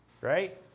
right